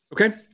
Okay